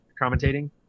commentating